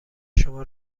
شما